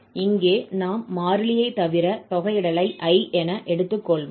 இங்கே நாம் மாறிலியை தவிர தொகையிடலை I என எடுத்துக்கொள்வோம்